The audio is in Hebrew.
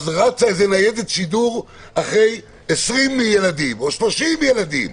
אז רצה איזו ניידת שידור אחרי 20 ילדים או 30 ילדים,